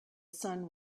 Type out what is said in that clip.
sun